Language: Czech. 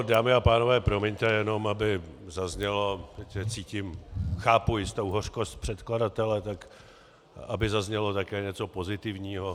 Dámy a pánové, promiňte, jenom aby zaznělo protože cítím a chápu jistou hořkost předkladatele tak aby zaznělo také něco pozitivního.